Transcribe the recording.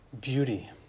beauty